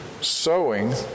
sowing